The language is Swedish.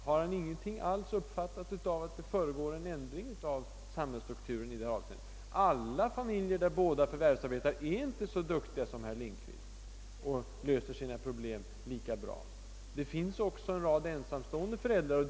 Har herr Lindkvist inte alls uppfattat att det försiggår en ändring i familjestrukturen i det avseende jag nämnde? Alla familjer där båda makarna arbetar är inte så duktiga som familjen Lindkvist, och kan lösa sina problem lika bra. Det finns också de ensamstående föräldrarna.